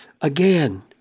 again